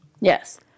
Yes